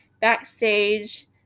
backstage